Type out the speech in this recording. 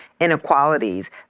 inequalities